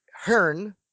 Hearn